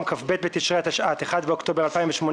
כ"ב בתשרי התשע"ט (1 באוקטובר 2018)